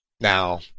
now